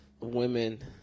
women